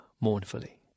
mournfully